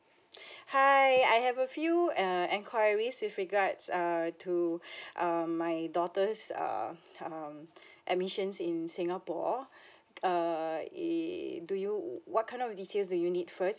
hi I have a few uh enquiries with regards uh to um my daughter's err um admissions in singapore err !ee! do you what kind of details do you need first